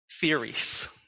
theories